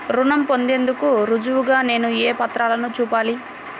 రుణం పొందేందుకు రుజువుగా నేను ఏ పత్రాలను చూపాలి?